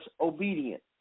obedient